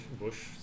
Bush